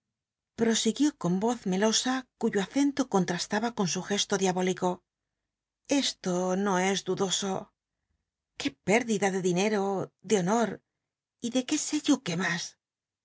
prosiguió con voz melosa cuyo acento contra taba con su gesto diabólico esto no es dudoso quó pérdida de dinero de honor y de qué sé yo que mas